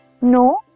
No